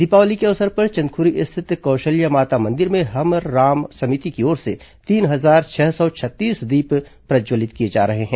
दीपावली के अवसर पर चंदख्री स्थित कौशल्या माता मंदिर में हमर राम समिति की ओर से तीन हजार छह सौ छत्तीस दीप प्रज्जवलित किए जा रहे है